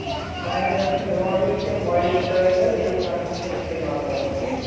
کامہِ گژھنہٕ برونٛٹھ گژھِ کینٛہہ مویسچرایزَر یا سَنسِکریٖن استعمال کَرُن ٹھیٖک